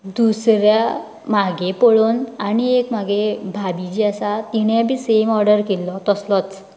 दुसऱ्या म्हागे पळोवन आनी एक म्हागे भाबी जी आसा तिणेंय बी सेम ऑर्डर केल्लो तसलोच